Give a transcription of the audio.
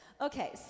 Okay